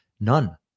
None